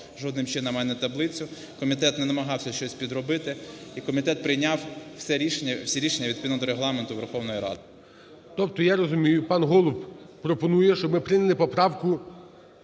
жодним чином таблицю, комітет не намагався щось підробити, і комітет прийняв всі рішення відповідно до Регламенту Верховної Ради. ГОЛОВУЮЧИЙ. Тобто я розумію, пан Голуб пропонує, щоб ми прийняли поправку